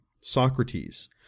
Socrates